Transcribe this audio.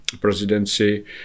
presidency